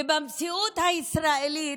ובמציאות הישראלית,